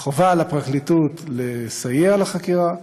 וחובה על הפרקליטות לסייע לחקירה.